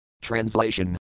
Translation